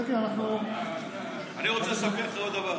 כן, כן, אנחנו, אני רוצה לספר לך עוד דבר.